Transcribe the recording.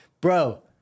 bro